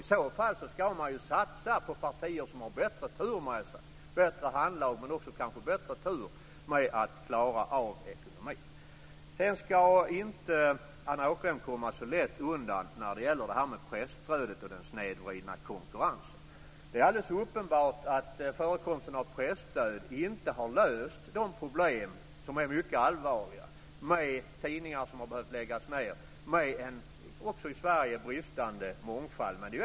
I så fall ska man satsa på partier som har bättre tur med sig - bättre handlag men kanske också bättre tur med att klara av ekonomin! Anna Åkerhielm ska inte komma så lätt undan när det gäller presstödet och den snedvridna konkurrensen. Det är alldeles uppenbart att förekomsten av presstöd inte har löst de mycket allvarliga problem med tidningar som har behövt läggas ned och med en - också i Sverige - bristande mångfald.